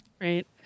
Right